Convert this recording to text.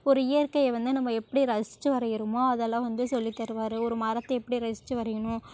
ஒரு இயற்கையை வந்து நம்ம எப்படி ரசித்து வரைகிறமோ அதெல்லாம் வந்து சொல்லித்தருவார் ஒரு மரத்தை எப்படி ரசித்து வரையணும்